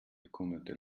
bekundete